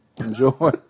Enjoy